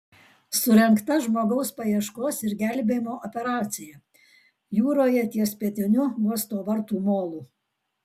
surengta žmogaus paieškos ir gelbėjimo operacija jūroje ties pietiniu uosto vartų molu